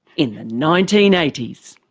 in the nineteen eighty s.